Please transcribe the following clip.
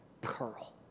pearl